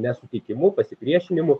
nesuteikimu pasipriešinimu